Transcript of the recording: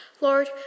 Lord